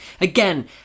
Again